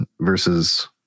versus